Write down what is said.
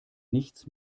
nichts